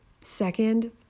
Second